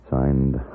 Signed